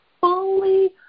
fully